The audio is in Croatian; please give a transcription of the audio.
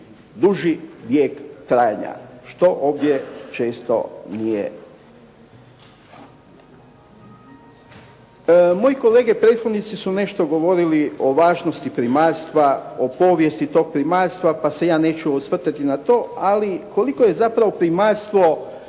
duži vijek trajanja, što ovdje često nije. Moji kolege prethodnici su nešto govorili o važnosti primaljstva, o povijesti tog primaljstva, pa se ja neću osvrtati na to, ali koliko je zapravo primaljstvo